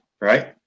Right